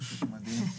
פשוט מדהים.